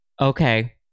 okay